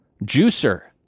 juicer